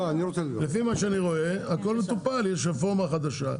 לפי מה שאני רואה, הכול מטופל, יש רפורמה חדשה.